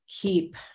keep